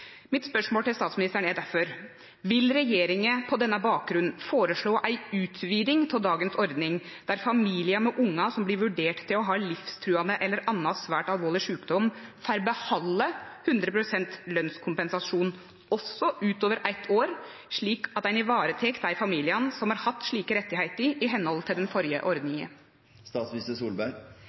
til statsministeren er difor: Vil regjeringa på denne bakgrunnen føreslå ei utviding av dagens ordning, der familiar med ungar som blir vurderte til å ha livstruande eller annan svært alvorlig sjukdom, får behalde 100 pst. lønskompensasjon også utover eitt år, slik at ein varetek dei familiane som har hatt slike rettar etter den førre ordninga?